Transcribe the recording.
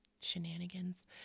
shenanigans